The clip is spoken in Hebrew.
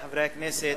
חברי חברי הכנסת,